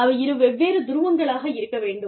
அவை இரு வெவ்வேறு துருவங்களாக இருக்க வேண்டும்